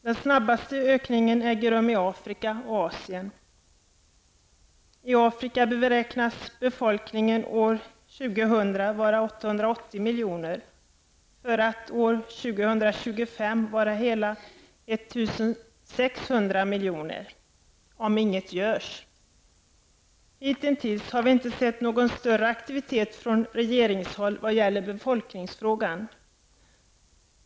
Den snabbaste ökningen äger rum i Afrika och Asien. I Afrika beräknas befolkningen år 2000 vara 880 miljoner, för att år 2025 vara hela 1 600 miljoner -- om inget görs. Hitintills har vi inte sett någon större aktivitet från regeringshåll vad gäller befolkningsfrågan.